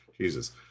jesus